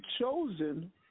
chosen